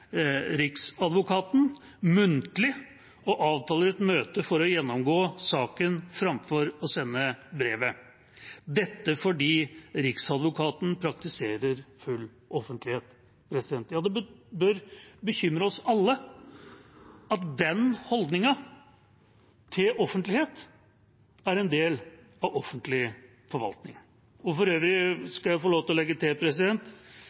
Riksadvokaten muntlig og avtaler et møte for å gjennomgå saken fremfor å sende brevet. Dette fordi Riksadvokaten praktiserer full offentlighet.» Ja, det bør bekymre oss alle at den holdningen til offentlighet er en del av offentlig forvaltning. For øvrig skal jeg få lov til